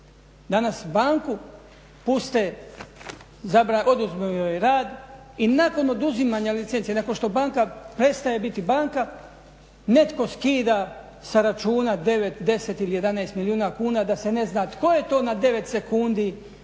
danas banku puste, oduzmu joj rad i nakon oduzimanja licence, nakon što banka prestaje biti banka netko skida sa računa 9, 10 ili 11 milijuna kuna da se ne zna tko je to na 9 sekundi